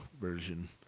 version